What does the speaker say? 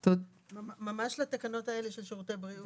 זה ממש לתקנות האלה של שירותי הבריאות.